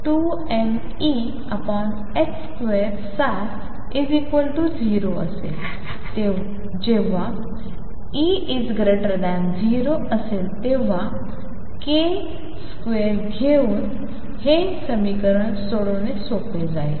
जेव्हा E0 असेल तेव्हा k स्क्वेअर घेऊन हे समीकरण सोडवणे सोपे जाईल